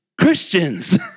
Christians